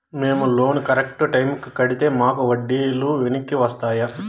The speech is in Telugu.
మేము లోను కరెక్టు టైముకి కట్టితే మాకు వడ్డీ లు వెనక్కి వస్తాయా?